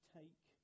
take